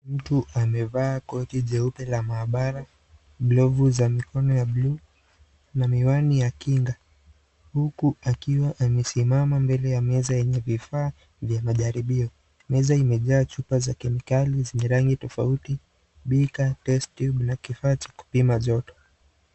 Mtu amevaa koti jeupe la maabara , glovu za mikono za buluu na miwani ya kinga huku akiwa amesimama mbele ya meza yenye vifaa vya majaribio meza imejaa chupa za kemikali zenye rangi tofauti breaker, test tube na kifaa cha kupima joto.